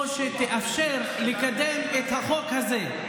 או שתאפשר לקדם את החוק הזה.